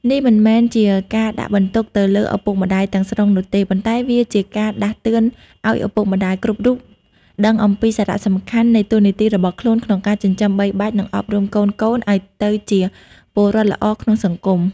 នេះមិនមែនជាការដាក់បន្ទុកទៅលើឪពុកម្ដាយទាំងស្រុងនោះទេប៉ុន្តែវាជាការដាស់តឿនឱ្យឪពុកម្ដាយគ្រប់រូបដឹងអំពីសារៈសំខាន់នៃតួនាទីរបស់ខ្លួនក្នុងការចិញ្ចឹមបីបាច់និងអប់រំកូនៗឱ្យទៅជាពលរដ្ឋល្អក្នុងសង្គម។